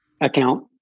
account